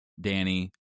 Danny